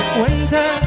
winter